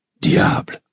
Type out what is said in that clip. Diable